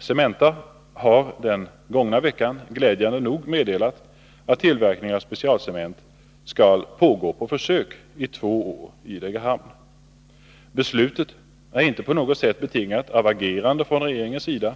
Cementa har den gångna veckan — glädjande nog - meddelat att tillverkningen av specialcement i Degerhamn skall pågå på försök i två år. Beslutet är inte på något sätt betingat av ett agerande från regeringens sida.